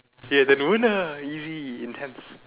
ya the easy intense